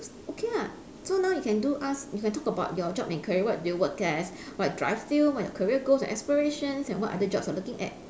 okay ah so now you can do ask you can talk about your job and career what do you work as what drives you what your careers goal and aspirations and what other jobs you're looking at